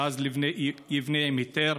ואז יבנה עם היתר,